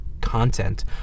content